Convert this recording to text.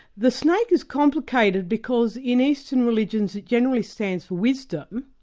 the snake is complicated because in eastern religions it generally stands for wisdom,